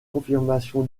confirmation